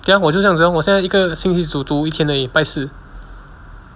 对 lor 我就是这样子 lor 我现在一个星期只读一天而已拜四